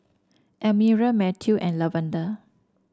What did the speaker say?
Elmira Matthew and Lavada